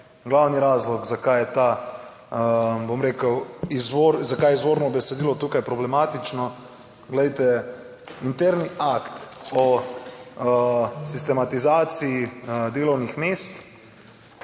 glavni razlog zakaj je ta, bom rekel izvor, zakaj je izvorno besedilo tukaj problematično. Glejte, interni akt o sistematizaciji delovnih mest